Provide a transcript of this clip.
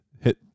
hit